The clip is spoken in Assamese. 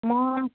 মই